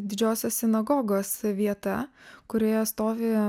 didžiosios sinagogos vieta kurioje stovi